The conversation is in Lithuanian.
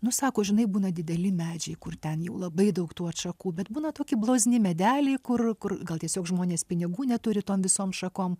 nu sako žinai būna dideli medžiai kur ten jau labai daug tų atšakų bet būna tokie blozni medeliai kur kur gal tiesiog žmonės pinigų neturi tom visom šakom